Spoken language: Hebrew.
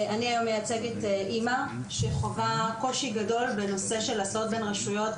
אני מייצגת היום אמא שחווה קושי גדול בנושא של הסעות בין רשויות,